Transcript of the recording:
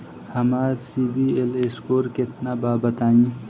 हमार सीबील स्कोर केतना बा बताईं?